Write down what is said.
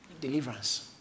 Deliverance